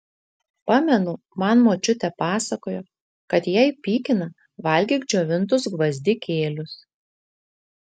pamenu man močiutė pasakojo kad jei pykina valgyk džiovintus gvazdikėlius